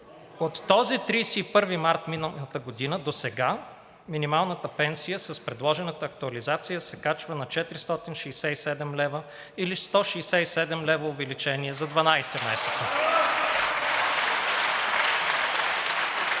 От този 31 март миналата година досега минималната пенсия с предложената актуализация се качва на 467 лв., или 167 лв. увеличение за 12 месеца.